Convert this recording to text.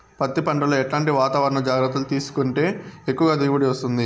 పత్తి పంట లో ఎట్లాంటి వాతావరణ జాగ్రత్తలు తీసుకుంటే ఎక్కువగా దిగుబడి వస్తుంది?